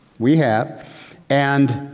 we have and